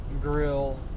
grill